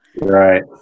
right